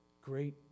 Great